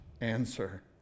answer